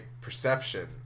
perception